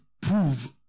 prove